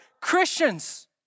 Christians